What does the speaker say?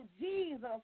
Jesus